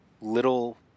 little